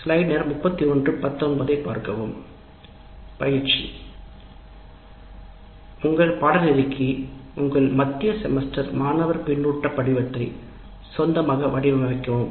யிற்சி உங்கள் பாடநெறிக்கு உங்கள் சொந்த செமஸ்டர் மாணவர் கருத்து படிவத்தை வடிவமைக்கவும்